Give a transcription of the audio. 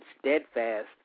steadfast